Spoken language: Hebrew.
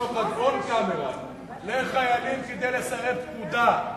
שוחד ועוד לחיילים כדי לסרב פקודה,